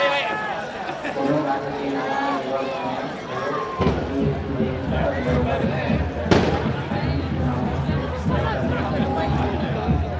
कोनो गाड़ी के नवा लेवब म घलोक एच.डी.एफ.सी बेंक ह बरोबर फायनेंस करथे, फायनेंस के नांव म बड़का बेंक के रुप माने जाथे